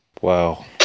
Wow